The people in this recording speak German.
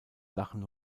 lachen